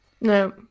No